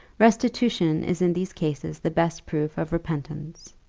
restitution is in these cases the best proof of repentance.